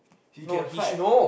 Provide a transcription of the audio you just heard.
he can fight